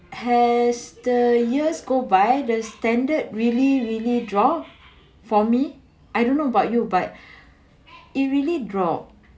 as the years go by the standard really really drop for me I don't know about you but it really dop